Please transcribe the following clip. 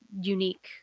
unique